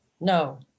No